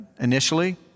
initially